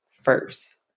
first